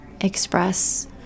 express